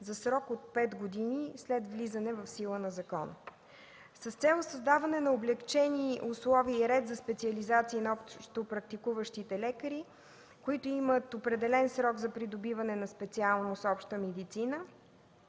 за срок от пет години след влизане в сила на закона. С цел създаване на облекчения, условия и ред за специализация на общопрактикуващите лекари, които имат определен срок за придобиване на специалност „Обща медицина”,